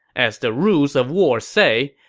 as the rules of war say,